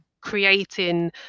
creating